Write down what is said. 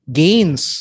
gains